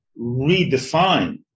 redefine